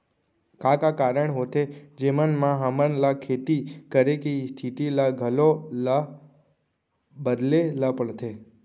का का कारण होथे जेमन मा हमन ला खेती करे के स्तिथि ला घलो ला बदले ला पड़थे?